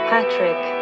Patrick